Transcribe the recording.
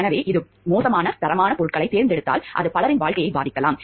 எனவே இது மோசமான தரமான பொருட்களைத் தேர்ந்தெடுத்தால் அது பலரின் வாழ்க்கையை பாதிக்கலாம்